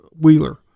wheeler